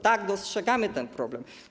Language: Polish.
Tak, dostrzegamy ten problem.